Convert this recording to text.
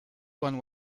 one